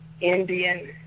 Indian